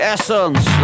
Essence